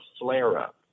flare-up